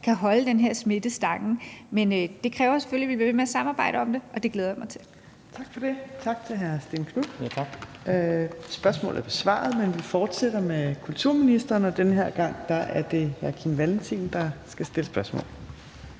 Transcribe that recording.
kan holde den her smitte stangen; men det kræver selvfølgelig, at vi bliver ved med at samarbejde om det, og det glæder mig til. Kl. 19:03 Fjerde næstformand (Trine Torp): Tak for det. Tak til hr. Stén Knuth. Spørgsmålet er besvaret. Men vi fortsætter med kulturministeren, og denne gang er det hr. Kim Valentin, der skal stille spørgsmål.